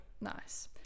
Nice